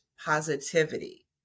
positivity